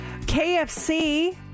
KFC